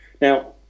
Now